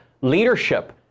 leadership